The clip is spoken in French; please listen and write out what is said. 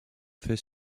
fait